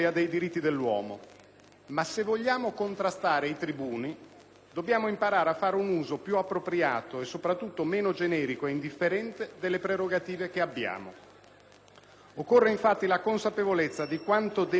Ma se vogliamo contrastare i tribuni dobbiamo imparare a fare un uso più appropriato e soprattutto meno generico e indifferente delle prerogative che abbiamo. Occorre infatti la consapevolezza di quanto delicata